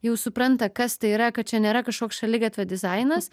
jau supranta kas tai yra kad čia nėra kažkoks šaligatvio dizainas